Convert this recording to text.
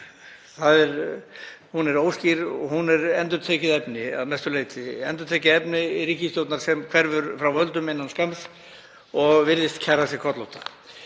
Hún er óskýr og hún er endurtekið efni að mestu leyti, endurtekið efni ríkisstjórnar sem hverfur frá völdum innan skamms og virðist kæra sig kollótta.